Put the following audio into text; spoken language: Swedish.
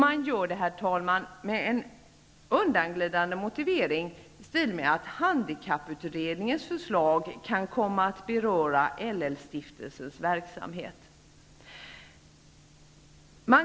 Man gör det med en undanglidande motivering, i stil med att handikapputredningens förslag kan komma att beröra LL-stiftelsens verksamhet.